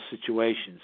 situations